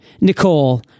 Nicole